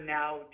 now